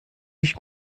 nicht